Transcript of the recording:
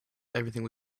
everything